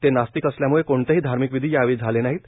ते नास्तिक असल्यामुळे कोणतेही धार्मिक विधी यावेळी झाले नाहीत